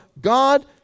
God